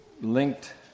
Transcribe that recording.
linked